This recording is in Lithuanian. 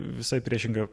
visai priešinga